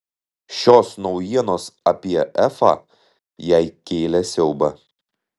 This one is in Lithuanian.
šios naujienos apie efą jai kėlė siaubą